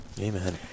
Amen